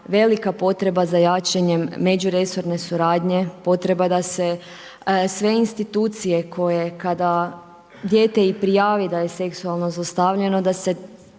velika potreba za jačanjem međuresorne suradnje, potreba da se sve institucije koje kada dijete i prijavi da je seksualno zlostavljano da se